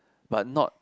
but not